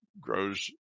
grows